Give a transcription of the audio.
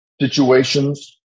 situations